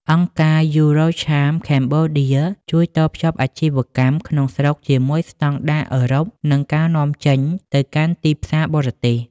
អង្គការ EuroCham Cambodia ជួយតភ្ជាប់អាជីវកម្មក្នុងស្រុកជាមួយ "ស្ដង់ដារអឺរ៉ុប" និងការនាំចេញទៅកាន់ទីផ្សារបរទេស។